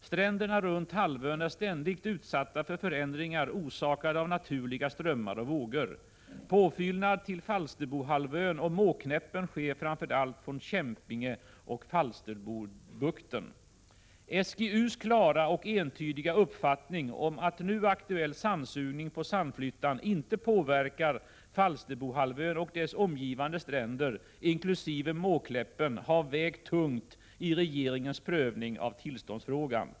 Stränderna runt halvön är ständigt utsatta för förändringar orsakade av naturliga strömmar och vågor. Påfyllnad till Falsterbohalvön och Måkläppen sker framför allt från Kämpingebukten och Falsterbobukten. SGU:s klara och entydiga uppfattning om att nu aktuell sandsugning på Sandflyttan inte påverkar Falsterbohalvön och dess omgivande stränder inkl. Måkläppen har vägt tungt i regeringens prövning av tillståndsfrågan.